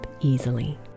easily